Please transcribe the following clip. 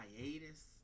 hiatus